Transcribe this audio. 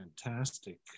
fantastic